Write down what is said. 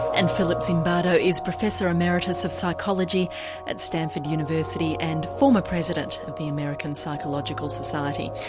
and philip zimbardo is professor emeritus of psychology at stanford university and former president of the american psychological society.